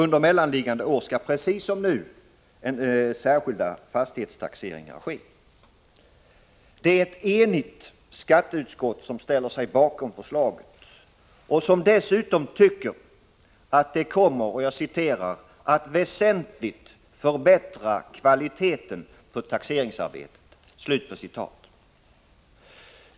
Under mellanliggande år skall precis som nu särskild fastighetstaxering ske. Ett enigt skatteutskott ställer sig bakom förslaget och tycker dessutom att det kommer ”att väsentligt förbättra kvaliteten på taxeringsarbetet”.